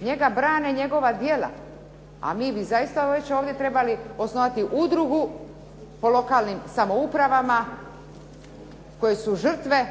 Njega brane njegova djela, a mi zaista već ovdje trebali osnovati udrugu o lokalnim samoupravama koje su žrtve